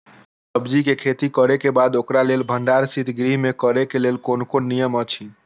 सब्जीके खेती करे के बाद ओकरा लेल भण्डार शित गृह में करे के लेल कोन कोन नियम अछि?